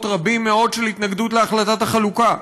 רבים מאוד של התנגדות להחלטת החלוקה,